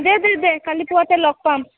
দে দে দে কালি পুৱাতে লগ পাম